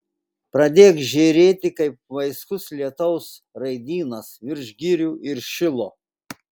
pradėk žėrėti kaip vaiskus lietaus raidynas virš girių ir šilo